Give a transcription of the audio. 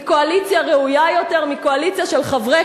היא קואליציה ראויה יותר מקואליציה של חברי